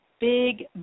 big